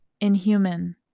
inhuman